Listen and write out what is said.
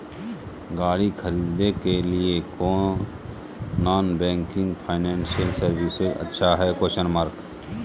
गाड़ी खरीदे के लिए कौन नॉन बैंकिंग फाइनेंशियल सर्विसेज अच्छा है?